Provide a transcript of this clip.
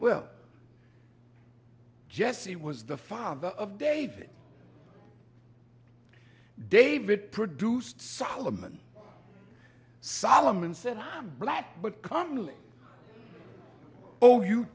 well yes it was the father of david david produced solomon solomon said black but calmly oh you